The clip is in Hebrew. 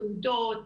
תעודות,